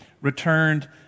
returned